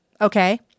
okay